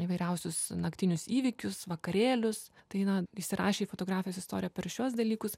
įvairiausius naktinius įvykius vakarėlius tai na įsirašė į fotografijos istoriją per šiuos dalykus